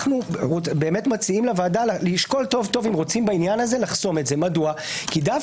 אנו מציעים לוועדה לשקול טוב-טוב אם לחסום את זה כי דווקא